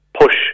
push